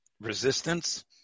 resistance